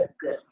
good